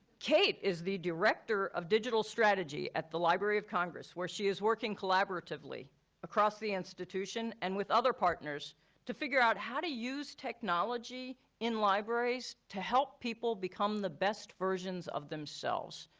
kate is the director of digital strategy at the library of congress, where she is working collaboratively across the institution and with other partners to figure out how to use technology in libraries to help people become the best versions of themselves.